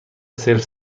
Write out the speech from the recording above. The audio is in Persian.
سلف